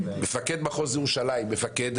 מפקד מחוז ירושלים,